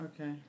Okay